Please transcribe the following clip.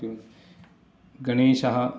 गणेशः